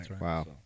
Wow